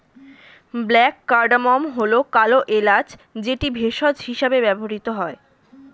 black cardamom হল কালো এলাচ যেটি ভেষজ হিসেবে ব্যবহৃত হয়